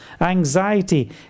Anxiety